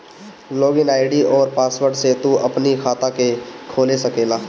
log in ID अउरी password से तू अपनी खाता के खोल सकेला